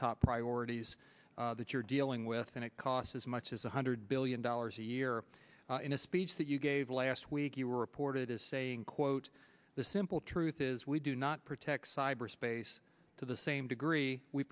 top priorities that you're dealing with and it cost as much as one hundred billion dollars a year in a speech that you gave last week you were reported as saying quote the simple truth is we do not protect cyberspace to the same degree we